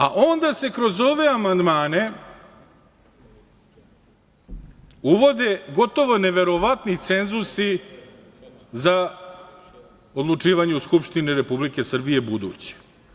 A, onda se kroz ove amandmane uvode gotovo neverovatni cenzusi za odlučivanje u Skupštini Republike Srbije, buduće.